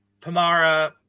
Pamara